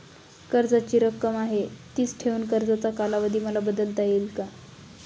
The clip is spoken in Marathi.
कर्जाची रक्कम आहे तिच ठेवून कर्जाचा कालावधी मला बदलता येईल का?